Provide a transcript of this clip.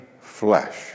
flesh